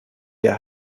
der